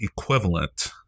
equivalent